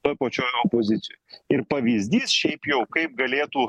toj pačioj opozicijoj ir pavyzdys šiaip jau kaip galėtų